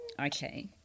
Okay